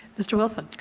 mr. wilson.